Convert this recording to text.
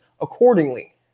accordingly